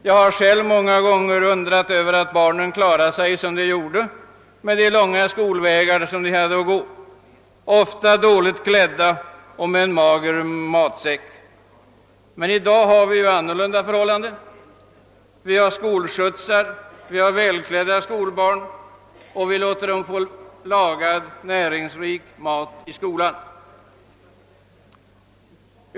Jag har själv många gånger undrat över att barnen klarade sig så bra som de gjorde med de långa skolvägar de hade att gå, ofta dåligt klädda och med en mager matsäck. I dag är förhållandena annorlunda. Vi har skolskjutsar, vi har välklädda skolbarn och vi låter dem få lagad, näringsrik mat i skolan.